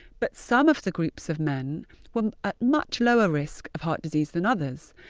but some of the groups of men were at much lower risk of heart disease than others.